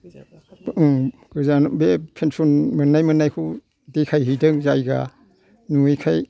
गोजान बे फेन्सन मोन्नाय मोन्नायखौ देखायहैदों जायगा नुयैखाय